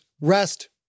rest